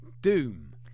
doom